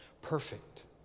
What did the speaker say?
perfect